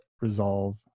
resolve